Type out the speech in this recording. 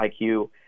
IQ